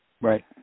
Right